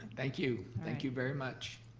thank you, thank you very much.